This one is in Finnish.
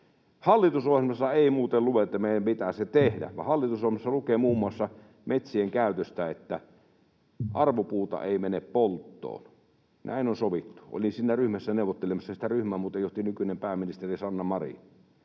Hallitusohjelmassa ei muuten lue, että meidän pitää se tehdä, vaan hallitusohjelmassa lukee muun muassa metsien käytöstä, että arvopuuta ei mene polttoon. Näin on sovittu. Olin siinä ryhmässä neuvottelemassa. Sitä ryhmää muuten johti nykyinen pääministeri Sanna Marin.